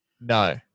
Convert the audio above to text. No